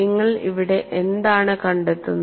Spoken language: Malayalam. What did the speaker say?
നിങ്ങൾ ഇവിടെ എന്താണ് കണ്ടെത്തുന്നത്